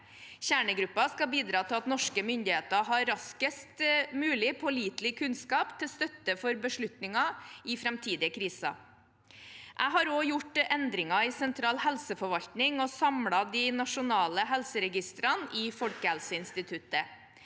Kjernegruppen skal bidra til at norske myndigheter har raskest mulig pålitelig kunnskap til støtte for beslutninger i framtidige kriser. Jeg har også gjort endringer i sentral helseforvaltning og samlet de nasjonale helseregistrene i Folkehelseinstituttet.